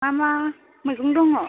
मा मा मैगं दङ